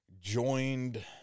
joined